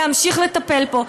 להמשיך לטפל בו.